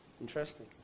Interesting